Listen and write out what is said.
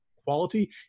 quality